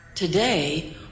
Today